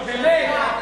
ניסיתם,